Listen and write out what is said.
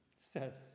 says